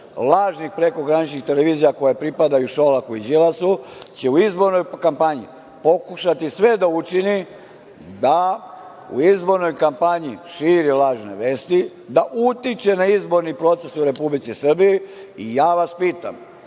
lažnih prekograničnih televizija, koje pripadaju Šolaku i Đilasu, će u izbornoj kampanji pokušati sve da učine da u izboranoj kampanji šire lažne vesti, da utiče na izborni proces u Republici Srbiji. Ja vas pitam,